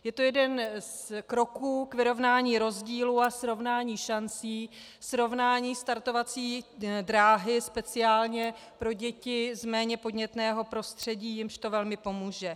Je to jeden z kroků k vyrovnání rozdílů a srovnání šancí, srovnání startovací dráhy speciálně pro děti z méně podnětného prostředí, jimž to velmi pomůže.